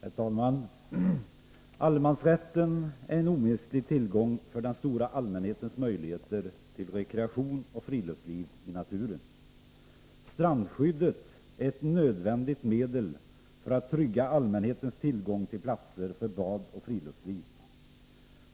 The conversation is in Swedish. Herr talman! Allemansrätten är en omistlig tillgång när det gäller den stora allmänhetens möjligheter till rekreation och friluftsliv i naturen. Strandskyddet är ett nödvändigt medel för att trygga allmänhetens tillgång till platser för bad och friluftsliv.